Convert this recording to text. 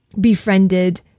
befriended